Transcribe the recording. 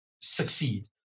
succeed